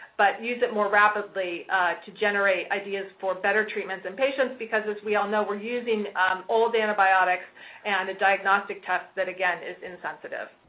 but use it more rapidly to generate ideas for better treatment in patients because, as we all know, we're using old antibiotics and a diagnostic test that, again, is insensitive.